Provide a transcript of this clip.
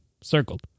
Circled